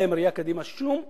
אין להם ראייה קדימה של שום פתרון.